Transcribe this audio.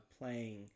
playing